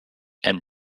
and